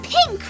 Pink